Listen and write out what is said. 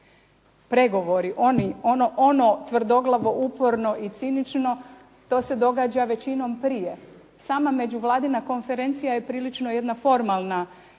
Pregovori, ono tvrdoglavo, uporno i cinično to se događa većinom prije. Sama međuvladina konferencija je prilično jedna formalna